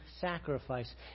sacrifice